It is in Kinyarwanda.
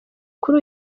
kuri